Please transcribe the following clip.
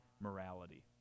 morality